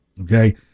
Okay